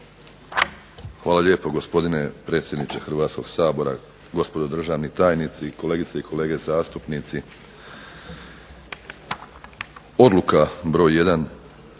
Hvala lijepa gospodine predsjedniče Hrvatskog sabora. Gospodo državni tajnice, kolegice i kolege zastupnici. Odluka br.